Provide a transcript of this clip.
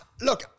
look